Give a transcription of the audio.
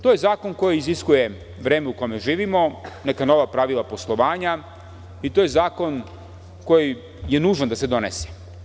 To je zakon koji iziskuje vreme u kome živimo, neka nova pravila poslovanja i to je zakon koji je nužan da se donese.